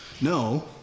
No